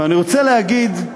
אני רוצה להגיד,